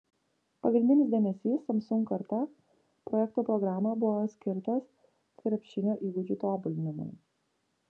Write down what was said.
pagrindinis dėmesys samsung karta projekto programoje buvo skirtas krepšinio įgūdžių tobulinimui